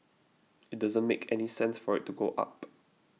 it doesn't make any sense for it to go up